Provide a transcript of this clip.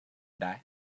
die